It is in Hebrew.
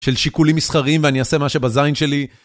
של שיקולים מסחריים ואני אעשה מה שבזין שלי.